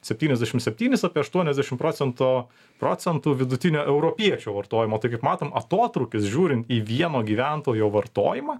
septyniasdešim septynis apie aštuoniasdešim procento procentų vidutinio europiečio vartojimo tai kaip matom atotrūkis žiūrint į vieno gyventojo vartojimą